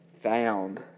Found